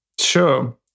Sure